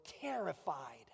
terrified